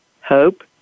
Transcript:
hope